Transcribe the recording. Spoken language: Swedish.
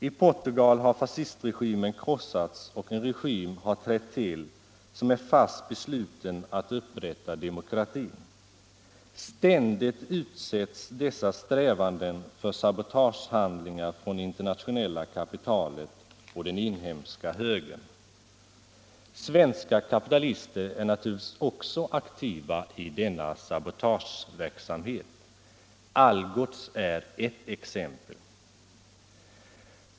I Portugal har fascistregimen krossats, och en regim har trätt till som är fast besluten att återupprätta demokratin. Ständigt utsätts dessa strävanden för sabotagehandlingar från det internationella kapitalet och den inhemska högern. Svenska kapitalister är naturligtvis aktiva i denna sabotageverksamhet. Algots är ett exempel på detta.